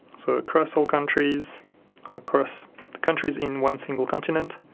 so across all countries across the countries in one single continent.